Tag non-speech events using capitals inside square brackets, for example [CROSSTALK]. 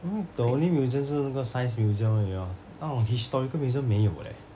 [NOISE] the only museum 是那个 science museum 而已 lor historical museum 没有 leh